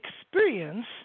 experience